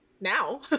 Now